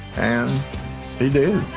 and he did.